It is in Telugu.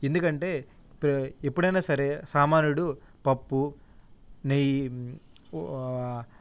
ఎందుకంటే ఎప్ ఎప్పుడైనా సరే సామాన్యుడు పప్పు నెయ్యి